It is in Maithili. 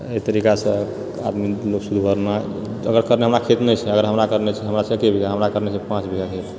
एहि तरीकासँ आब लोग सुदि भरना अगर हमरा खेत नहि छै हमरा करने छै पांँच बीघा खेत